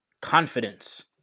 confidence